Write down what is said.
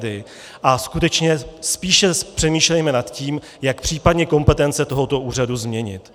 A skutečně spíše přemýšlejme nad tím, jak případně kompetence tohoto úřadu změnit.